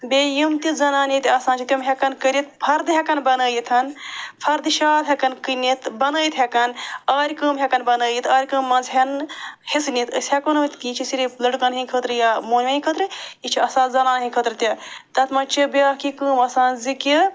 بیٚیہِ یِم تہِ زنان ییٚتہِ آسان چھِ تِم ہٮ۪کن کٔرِتھ فردٕ ہٮ۪کن بنٲیِتھ فردٕ شال ہٮ۪کن کٕنِتھ بنٲیِتھ ہٮ۪کن آرِ کٲم ہٮ۪کن بنٲیِتھ آرِ منٛز ہٮ۪ن نہٕ حِصہٕ نِتھ أسۍ ہٮ۪کو نہٕ ؤنِتھ کہِ یہِ چھِ صِرِف لٔڑکن ہِنٛدۍ خٲطرٕ یا مونوٮ۪ن ہِنٛدۍ خٲطرٕ یہِ چھُ آسان زنانہِ ہِنٛدۍ خٲطرٕ تہِ تتھ منٛز چھِ بیٚاکھ یہِ کٲم آسان زِ کہِ